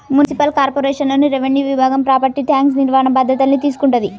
municipal కార్పొరేషన్లోని revenue విభాగం property tax నిర్వహణ బాధ్యతల్ని తీసుకుంటది